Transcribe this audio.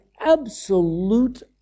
absolute